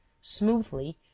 smoothly